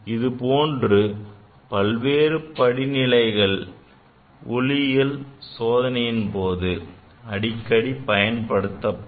இதுபோன்ற பல்வேறு படிநிலைகள் ஒளியியல் சோதனையின் போது அடிக்கடி பயன்படுத்தப்படும்